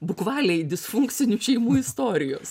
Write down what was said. būk valiai disfunkcinių šeimų istorijos